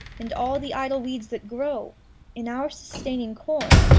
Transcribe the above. and all the idle weeds that grow in our sustaining corn.